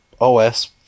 OS